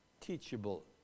teachable